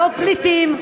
לא פליטים,